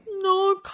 No